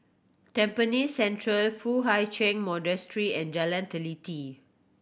Tampines Central Foo Hai Ch'an Monastery and Jalan Teliti